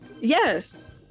yes